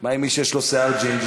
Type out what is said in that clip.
מה עם מי שיש לו שיער ג'ינג'י?